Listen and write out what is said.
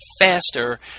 faster